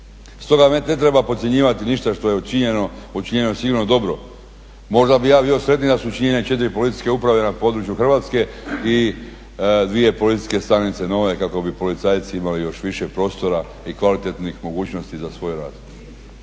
Stoga ne treba podcjenjivati ništa što je učinjeno, učinjeno je sigurno dobro. Možda bih ja bio sretniji da su … 4 policijske uprave na području Hrvatske i 2 policijske stanice nove kako bi policajci imali još više prostora i kvalitetnih mogućnosti za svoj rad.